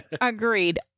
Agreed